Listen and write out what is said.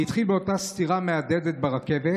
זה התחיל באותה סטירה מהדהדת ברכבת,